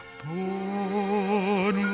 born